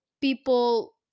people